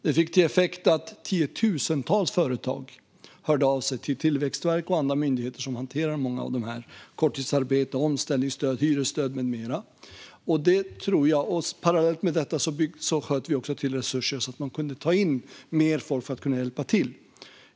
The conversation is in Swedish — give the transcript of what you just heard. Det fick till effekt att tiotusentals företag hörde av sig till Tillväxtverket och andra myndigheter som hanterar många av de här insatserna: korttidsarbete, omställningsstöd, hyresstöd med mera. Parallellt med detta sköt vi också till resurser så att man på myndigheterna kunde ta in mer folk för att kunna hjälpa till.